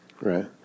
Right